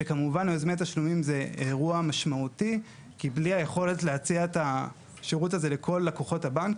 עשינו עבודה מאוד משמעותית כדי להתאים את זה לחקיקה הישראלית,